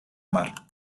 mar